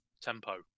tempo